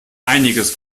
einiges